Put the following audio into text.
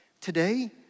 today